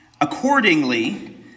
Accordingly